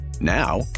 Now